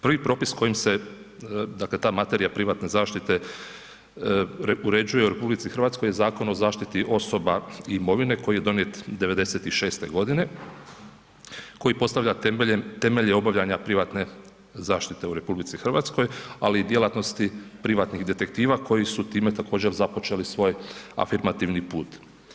Prvi propis kojim se dakle ta materija privatne zaštite uređuje u RH, Zakon o zaštiti osoba i imovine koji je donijet '96. g. koji postavlja temelje obavljanja privatne zaštite u RH ali i djelatnosti privatnih detektiva koji su time također započeli svoj afirmativni put.